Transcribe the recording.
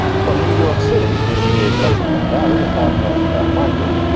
from new york city, this is lexicon valley, a podcast about language.